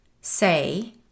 say